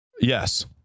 Yes